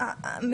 מוגבל,